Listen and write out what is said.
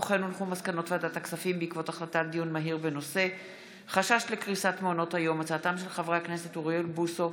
מסקנות ועדת הכספים בעקבות דיון מהיר בהצעתם של חברי הכנסת אוריאל בוסו,